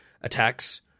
attacks